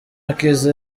akiza